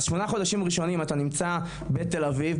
אז שמונה חודשים ראשונים אתה נמצא בתל אביב,